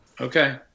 Okay